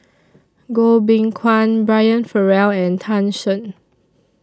Goh Beng Kwan Brian Farrell and Tan Shen